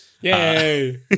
Yay